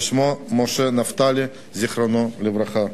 ושמו משה נפתלי, זיכרונו לברכה,